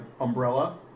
Umbrella